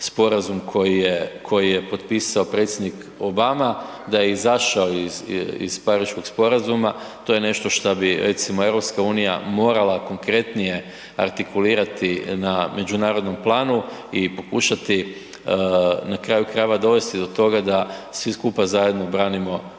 koji je, koji je potpisao predsjednik Obama, da je izašao iz, iz Pariškog sporazuma, to je nešto šta bi recimo EU morala konkretnije artikulirati na međunarodnom planu i pokušati na kraju krajeva dovesti do toga da svi skupa zajedno branimo